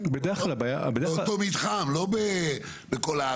באותו מתחם, לא בכל הארץ.